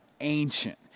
ancient